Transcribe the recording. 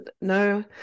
no